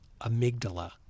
amygdala